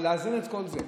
ולהזין את כל זה.